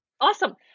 Awesome